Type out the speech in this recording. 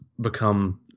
become